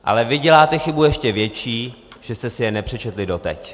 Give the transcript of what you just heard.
Ale vy děláte chybu ještě větší, že jste si je nepřečetli doteď!